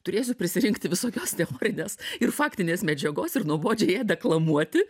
turėsiu prisirinkti visokios teorinės ir faktinės medžiagos ir nuobodžiai ją deklamuoti